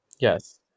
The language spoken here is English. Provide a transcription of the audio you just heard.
Yes